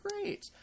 great